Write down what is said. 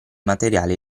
materiale